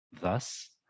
Thus